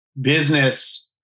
business